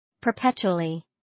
Perpetually